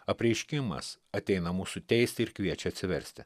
apreiškimas ateina mūsų teisti ir kviečia atsiversti